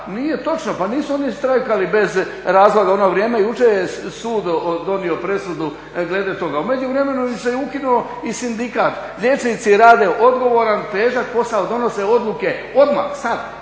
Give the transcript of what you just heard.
Nije točno, pa nisu oni štrajkali bez razloga u ono vrijeme. Jučer je sud donio presudu glede toga. U međuvremenu se ukinuo i sindikat. Liječnici rade odgovoran, težak posao, donose odluke odmah, sad,